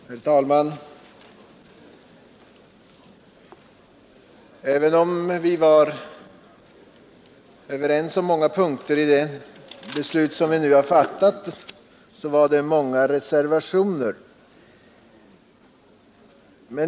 Herr talman! Även om vi var överens på många punkter i det beslut vi nyss fattat, fanns där också många reservationer.